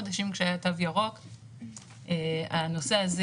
חבר'ה, הנוסעים